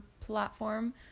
platform